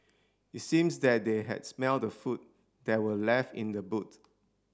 it seems that they had smelt the food that were left in the boot